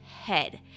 head